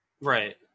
Right